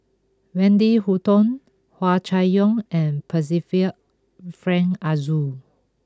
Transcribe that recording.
Wendy Hutton Hua Chai Yong and Percival Frank Aroozoo